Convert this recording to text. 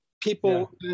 people